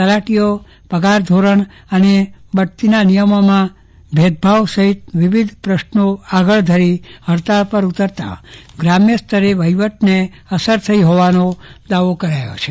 તલાટીઓ પગાર ધોરણ અને બઢતીનાનિયમોમાં છૂટછાય સહિત વિવિધ માંગો આગળ ધરી હડતાળ પર ઉતરતા ગ્રામ્ય સ્તરે વહીવટને અસર થઈ હોવાનો દાવો કરાયો છે